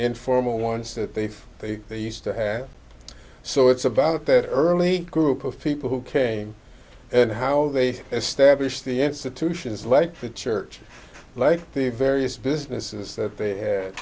informal ones that they feel they used to have so it's about their early group of people who came and how they established the institutions like the church like the various businesses that they had